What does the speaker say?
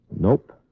Nope